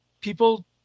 People